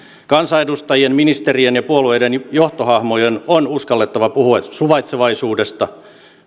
kansanedustajien ministerien ja puolueiden johtohahmojen on uskallettava puhua suvaitsevaisuudesta